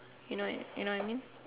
you know you know what I mean